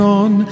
on